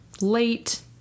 late